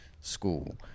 school